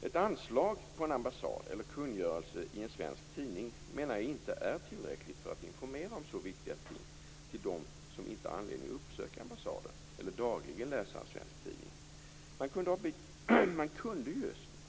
Ett anslag på en ambassad eller en kungörelse i en svensk tidning menar jag inte är tillräckligt för att ge information om så viktiga ting till dem som inte har anledning att uppsöka en ambassad eller dagligen läsa en svensk tidning.